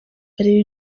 areba